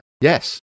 yes